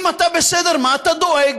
אם אתה בסדר, מה אתה דואג?